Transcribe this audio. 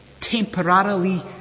temporarily